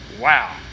Wow